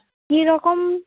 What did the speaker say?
কী রকম